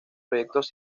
proyectos